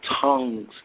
tongues